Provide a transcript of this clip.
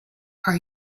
are